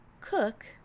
cook